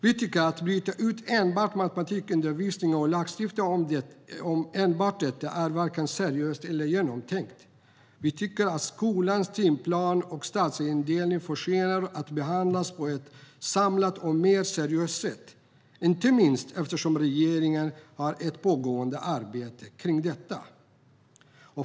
Att enbart bygga ut matematikundervisningen och lagstifta om detta är varken seriöst eller genomtänkt. Vi tycker att skolans timplan förtjänar att behandlas på ett mer samlat och seriöst sätt, inte minst eftersom regeringen har ett pågående arbete kring detta.